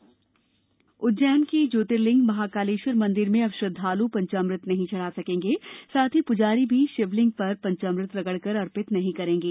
उज्जैन महाकालेश्वर उज्जैन के ज्योतिर्लिंग महाकालेश्वर मंदिर में अब श्रद्दालु पंचामृत नहीं चढ़ा सकेंगे साथ ही पुजारी भी शिवलिंग पर पंचामृत रगड़कर अर्पित नहीं करेंगे